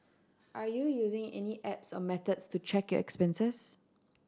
are you using any apps or methods to track your expenses